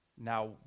Now